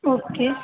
okay